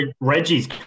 Reggie's